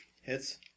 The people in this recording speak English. Hits